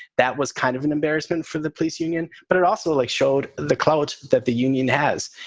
that was kind of an embarrassment for the police union, but it also like showed the clout that the union has.